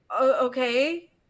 okay